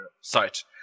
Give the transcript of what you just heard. site